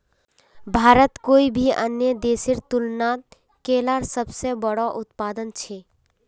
भारत कोई भी अन्य देशेर तुलनात केलार सबसे बोड़ो उत्पादक छे